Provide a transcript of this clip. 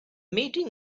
meeting